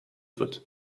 wird